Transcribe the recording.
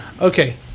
Okay